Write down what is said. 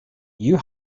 you